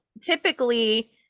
typically